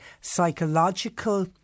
psychological